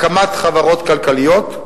הקמת חברות כלכליות,